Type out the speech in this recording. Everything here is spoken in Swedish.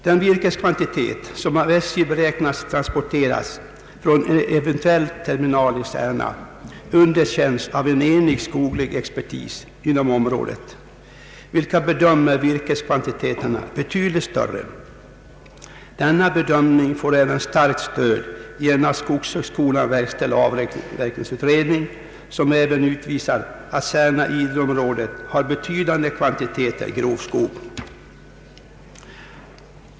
Den virkeskvantitet som av SJ har beräknats transporteras från en eventuell terminal i Särna underkänns av en enig skoglig expertis inom området, vilken bedömer virkeskvantiteterna såsom betydligt större. Denna bedömning får även starkt stöd i en av skogshögskolan verkställd avverkningsutredning, som även utvisar att Särna—Idre-området har betydande kvantiteter grov skog.